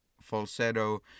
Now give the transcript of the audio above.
falsetto